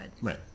Right